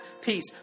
peace